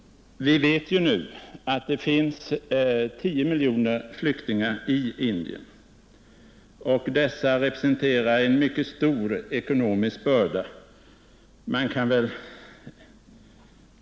Vi vet nu att det finns 10 miljoner flyktingar i Indien. Dessa representerar en mycket stor ekonomisk börda.